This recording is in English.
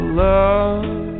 love